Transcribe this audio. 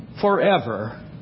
Forever